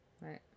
Right